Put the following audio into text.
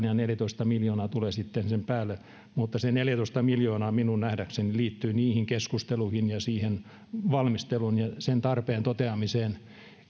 kerrotaan ja neljätoista miljoonaa tulee sitten sen päälle mutta se neljätoista miljoonaa minun nähdäkseni liittyy niihin keskusteluihin ja siihen valmisteluun ja sen tarpeen toteamiseen